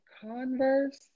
converse